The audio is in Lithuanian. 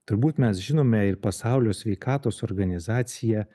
turbūt mes žinome ir pasaulio sveikatos organizacija